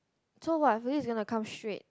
so what Fui is going to come straight